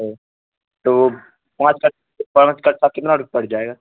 ا تو پانچ پانچ کٹا کتنا ر پڑ جائے گا